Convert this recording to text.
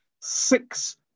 six